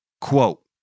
Quote